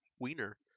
wiener